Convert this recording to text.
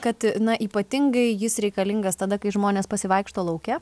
kad na ypatingai jis reikalingas tada kai žmonės pasivaikšto lauke